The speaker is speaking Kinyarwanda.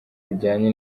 bujyanye